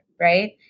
right